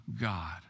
God